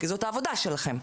כי זאת העבודה שלכם.